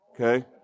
okay